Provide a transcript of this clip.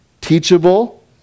teachable